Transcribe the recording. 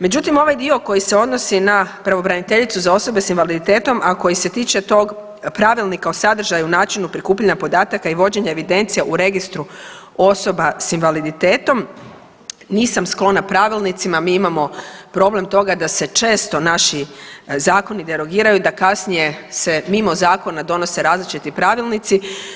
Međutim, ovaj dio koji se odnosi na pravobraniteljicu za osobe s invaliditetom, a koji se tiče tog Pravilnika o sadržaju, načinu prikupljanja podataka i vođenja evidencija u registru osoba s invaliditetom, nisam sklona pravilnicima, mi imamo problem toga da se često naši zakoni derogiraju i da kasnije se mimo zakona donose različiti pravilnici.